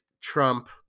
Trump